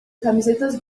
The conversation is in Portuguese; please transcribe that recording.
camisetas